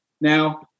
Now